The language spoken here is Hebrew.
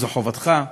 זו חובתך,